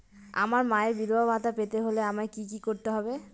আমার মায়ের বিধবা ভাতা পেতে হলে আমায় কি কি করতে হবে?